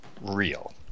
real